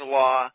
law